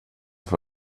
för